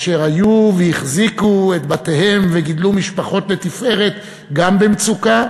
אשר היו והחזיקו את בתיהם וגידלו משפחות לתפארת גם במצוקה,